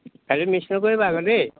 কাইলৈ মিছ নকৰিবা আকৌ দেই